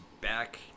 back